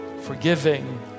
forgiving